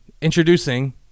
introducing